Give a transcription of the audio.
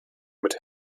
mit